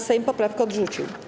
Sejm poprawkę odrzucił.